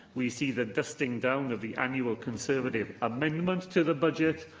we see the dusting down of the annual conservative amendment to the budget,